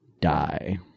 die